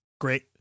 great